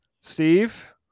Steve